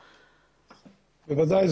בוודאי,